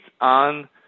on